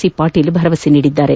C Patil ಭರವಸೆ ನೀಡಿದ್ದಾರೆ